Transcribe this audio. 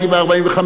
הייתי ב-1945,